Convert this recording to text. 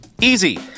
Easy